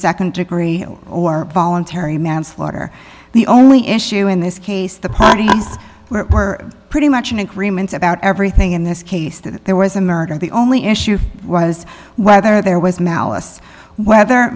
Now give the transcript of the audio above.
nd degree or voluntary manslaughter the only issue in this case the parties were pretty much in agreement about everything in this case that there was a murder the only issue was whether there was malice whether